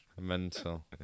Mental